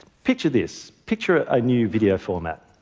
picture this. picture a new video format.